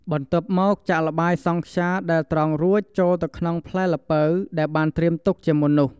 បន្ទាប់់មកចាក់ល្បាយសង់ខ្យាដែលត្រងរួចចូលទៅក្នុងផ្លែល្ពៅដែលបានត្រៀមទុកជាមុននោះ។